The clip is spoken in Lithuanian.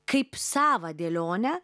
kaip savą dėlionę